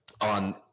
on